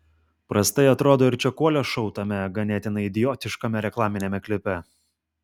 prastai atrodo ir čekuolio šou tame ganėtinai idiotiškame reklaminiame klipe